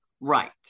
Right